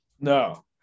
No